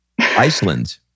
Iceland